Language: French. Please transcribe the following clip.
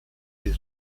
des